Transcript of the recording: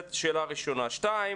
שאלה שנייה.